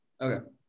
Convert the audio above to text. Okay